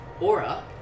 Aura